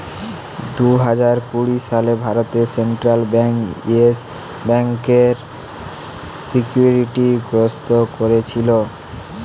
দুই হাজার কুড়ি সালে ভারতে সেন্ট্রাল বেঙ্ক ইয়েস ব্যাংকার সিকিউরিটি গ্রস্ত কোরেছিল